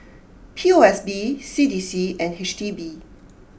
P O S B C D C and H D B